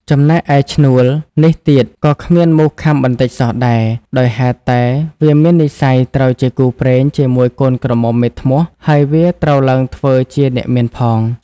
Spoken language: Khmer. ចំណែកឯឈ្នួលនេះទៀត ក៏គ្មានមូសខាំបន្តិចសោះដែរ ដោយហេតុតែវាមាននិស្ស័យត្រូវជាគូព្រេងជាមួយកូនក្រមុំមេធ្នស់ ហើយវាត្រូវឡើងធ្វើជាអ្នកមានផង។